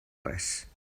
res